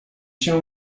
się